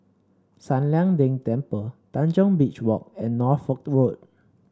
San Lian Deng Temple Tanjong Beach Walk and Norfolk Road